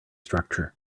structure